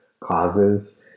causes